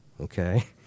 Okay